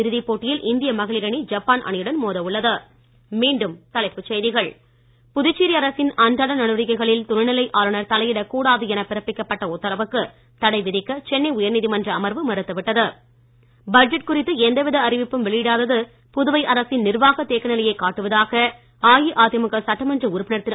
இறுதிப்போட்டியில் இந்திய மகளிரணி ஜப்பான் அணியுடன் மோத உள்ளது மீண்டும் தலைப்புச் செய்திகள் புதுச்சேரி அரசின் அன்றாட நடவடிக்கைகளில் துணைநிலை ஆளுநர் தலையிடக் கூடாது என பிறப்பிக்கப்பட்ட உத்தரவுக்கு தடைவிதிக்க சென்னை உயர்நீதிமன்ற அமர்வு மறுத்துவிட்டது பட்ஜெட் குறித்து எந்த வித அறிவுப்பும் வெளியிடாத்து புதுவை அரசின் நிர்வாக தேக்கநிலையை காட்டுவதாக அஇஅதிமுக சட்டமன்ற உறுப்பினர் திரு